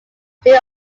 still